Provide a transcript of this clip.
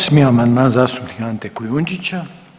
Osmi amandman zastupnika Ante Kujundžića.